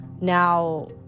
Now